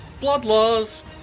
Bloodlust